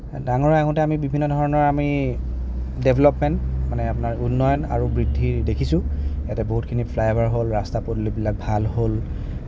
ডাঙৰ হৈ আহোঁতে আমি বিভিন্ন ধৰণৰ আমি ডেভেলপমেণ্ট মানে আপোনাৰ উন্নয়ন আৰু বৃদ্ধি দেখিছোঁ ইয়াতে বহুতখিনি ফ্লাইঅ'ভাৰ হ'ল ৰাস্তা পদূলিবিলাক ভাল হ'ল